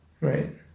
Right